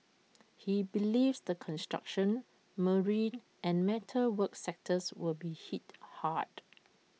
he believes the construction marine and metal work sectors will be hit hard